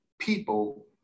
people